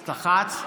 לחצת?